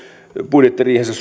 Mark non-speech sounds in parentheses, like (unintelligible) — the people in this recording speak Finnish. budjettiriihessä (unintelligible)